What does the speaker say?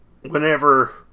whenever